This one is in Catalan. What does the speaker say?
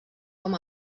com